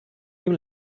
ihm